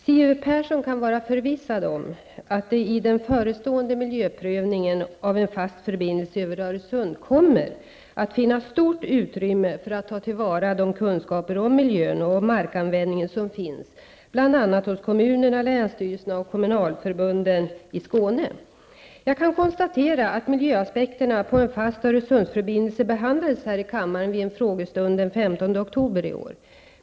Siw Persson kan vara förvissad om att det i den förestående miljöprövningen av en fast förbindelse över Öresund kommer att finnas stort utrymme för att ta till vara de kunskaper om miljön och markanvändningen som finns, bl.a. hos kommunerna, länsstyrelserna och kommunalförbunden i Skåne. Jag kan konstatera att miljöaspekterna på en fast Öresundsförbindelse behandlades här i kammaren vid en frågestund den 15 oktober i år.